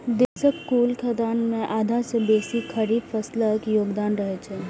देशक कुल खाद्यान्न मे आधा सं बेसी खरीफ फसिलक योगदान रहै छै